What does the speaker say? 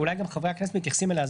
ואולי גם חברי הכנסת מתייחסים אליה,